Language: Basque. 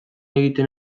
egiten